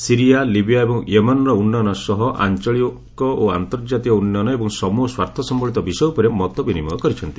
Syria Libya ଏବଂ ୟେମେନ୍ର ଉନ୍ନୟନ ସହ ଆଞ୍ଚଳିକ ଓ ଆନ୍ତର୍ଜାତୀୟ ଉନ୍ନୟନ ଏବଂ ସମ୍ବହ ସ୍ୱାର୍ଥ ସମ୍ଭଳିତ ବିଷୟ ଉପରେ ମତ ବିନିମୟ କରିଛନ୍ତି